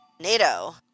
NATO